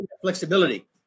flexibility